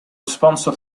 sponsor